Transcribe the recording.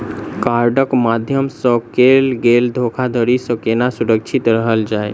कार्डक माध्यम सँ कैल गेल धोखाधड़ी सँ केना सुरक्षित रहल जाए?